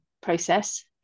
process